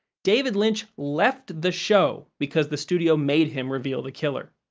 david lynch left the show because the studio made him reveal the killer.